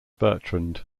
bertrand